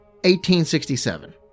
1867